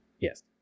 Yes